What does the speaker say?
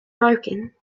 broken